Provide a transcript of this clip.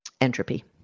entropy